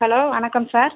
hello வணக்கம் sir